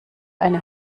eine